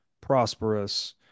prosperous